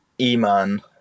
E-Man